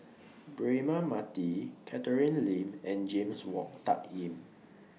Braema Mathi Catherine Lim and James Wong Tuck Yim